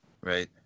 Right